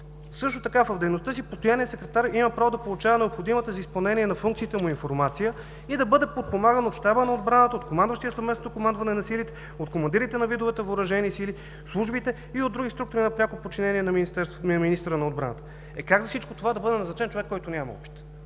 други.“ В дейността си постоянният секретар има право да получава необходимата за изпълнението на функциите му информация и да бъде подпомаган от щаба на отбраната, от командващия съвместното командване на силите, от командирите на видовете въоръжени сили, службите и от други структури на пряко подчинение на министъра на отбраната. Е, как за всичко това да бъде назначен човек, който няма опит?